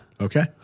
Okay